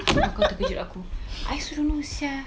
mak kau terkejut aku I also don't know sia